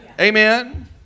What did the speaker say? Amen